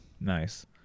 nice